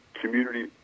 community